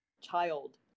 child